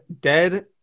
dead